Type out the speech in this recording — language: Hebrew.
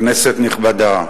כנסת נכבדה,